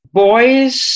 boys